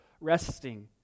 resting